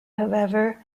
however